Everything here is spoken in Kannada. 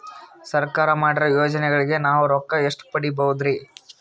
ಸರ್ಕಾರ ಮಾಡಿರೋ ಯೋಜನೆಗಳಿಗೆ ನಾವು ರೊಕ್ಕ ಎಷ್ಟು ಪಡೀಬಹುದುರಿ?